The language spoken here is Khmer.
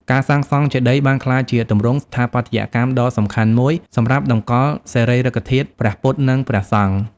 ការសាងសង់ចេតិយបានក្លាយជាទម្រង់ស្ថាបត្យកម្មដ៏សំខាន់មួយសម្រាប់តម្កល់សារីរិកធាតុព្រះពុទ្ធ និងព្រះសង្ឃ។